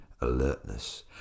alertness